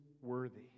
worthy